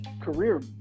career